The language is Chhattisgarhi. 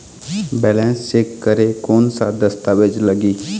बैलेंस चेक करें कोन सा दस्तावेज लगी?